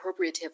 appropriative